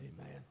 Amen